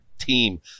team